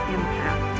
Impact